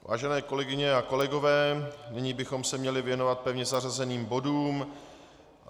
Vážené kolegyně a kolegové, nyní bychom se měli věnovat pevně zařazeným bodům, to je 249 a 216.